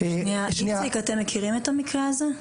איציק, אתם מכירים את המקרה הזה?